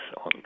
on